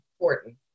important